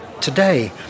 Today